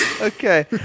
okay